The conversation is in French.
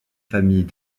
familles